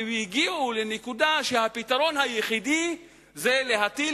והם הגיעו לנקודה שהפתרון היחידי זה להטיל